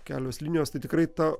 kelios linijos tai tikrai ta